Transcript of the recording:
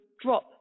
drop